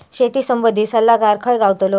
शेती संबंधित सल्लागार खय गावतलो?